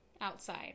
outside